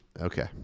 Okay